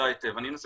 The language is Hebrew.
אני אנסה